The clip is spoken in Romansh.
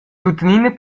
tuttenina